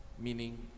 meaning